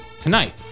Tonight